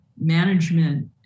management